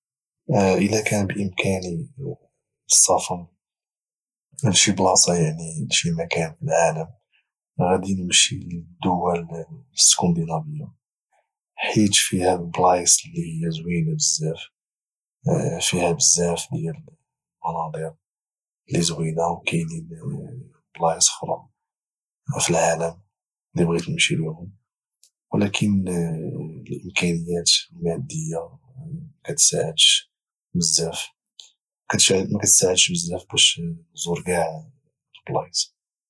الا كان بامكاني السفر لشي بلاصه يعني لشي مكان في العالم غادي نمشي للدول سكوندينافيا حيت فيها بلايص اللي هي زوينه بزاف فيهابزاف ديال المناظر اللي زوينه وكاينين بلايص اخرى في العالم اللي بغيت نمشي ليهم ولكن الامكانيات المادية مكتساعدش بزاف باش نزور كاع البلايص